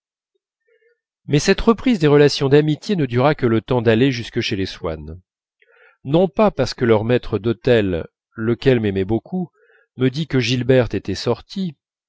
mais cette reprise des relations d'amitié ne dura que le temps d'aller jusqu'à chez les swann non pas parce que leur maître d'hôtel lequel m'aimait beaucoup me dit que gilberte était sortie